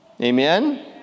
Amen